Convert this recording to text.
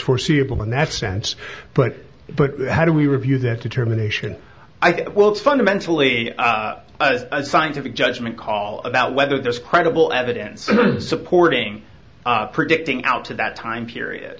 foreseeable in that sense but but how do we review that determination well it's fundamentally a scientific judgment call about whether there's credible evidence supporting predicting out to that time period